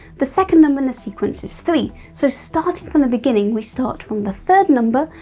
the second number in the sequence is three, so starting from the beginning, we start from the third number,